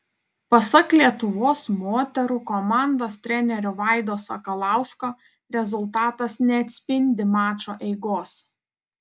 pasak lietuvos moterų komandos trenerio vaido sakalausko rezultatas neatspindi mačo eigos